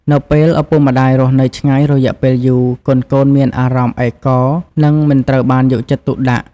នៅពេលឪពុកម្តាយរស់នៅឆ្ងាយរយៈពេលយូរ កូនៗមានអារម្មណ៍ឯកោ និងមិនត្រូវបានយកចិត្តទុកដាក់។